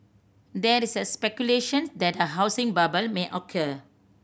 there is the speculation that a housing bubble may occur